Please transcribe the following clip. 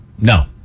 No